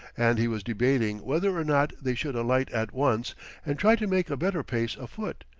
and he was debating whether or not they should alight at once and try to make a better pace afoot,